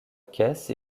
caisse